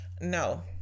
No